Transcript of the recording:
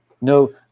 no